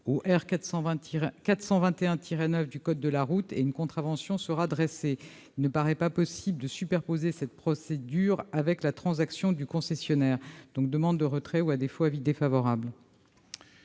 R. 421-9 du code de la route, et une contravention sera dressée. Il ne paraît pas possible de superposer cette procédure à la transaction du concessionnaire. Je demande donc le retrait des amendements ; à défaut,